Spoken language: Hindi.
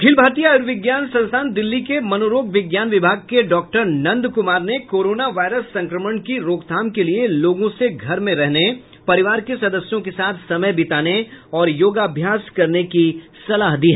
अखिल भारतीय आयूर्वेविज्ञान संस्थान दिल्ली के मनोरोग विज्ञान विभाग के डॉक्टर नंद कुमार ने कोरोना वायरस संक्रमण की रोकथाम के लिए लोगों से घर में रहने परिवार के सदस्यों के साथ समय बिताने और योगाभ्यास करने की सलाह दी है